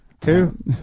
two